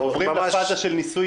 עוברים לפאזה של ניסוי